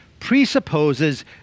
presupposes